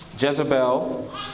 Jezebel